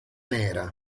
nera